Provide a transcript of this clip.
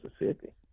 Mississippi